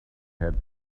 had